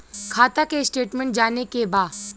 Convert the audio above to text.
खाता के स्टेटमेंट जाने के बा?